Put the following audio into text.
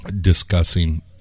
discussing